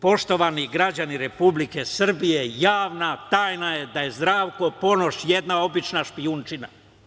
Poštovani građani Republike Srbije, javna tajna je da je Zdravko Ponoš jedna obična špijunčina.